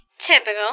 Typical